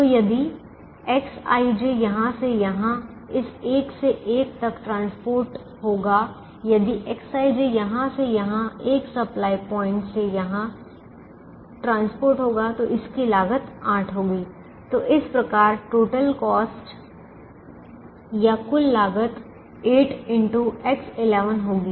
तो यदि Xij यहां से यहां इस 1 से 1 तक परिवहन होगा यदि Xij यहां से यहां इस 1 सप्लाई पॉइंट से यहां परिवहन होगा तो इसकी लागत 8 होगी तो इस प्रकार टोटल लागत या कुल लागत होगी